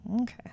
Okay